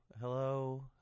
hello